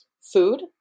food